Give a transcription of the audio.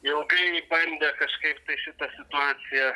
ilgai bandė kažkaip tai šitą situaciją